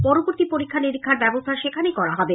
পরবর্তী পরীক্ষা নিরীক্ষার ব্যবস্থা সেখানেই করা হবে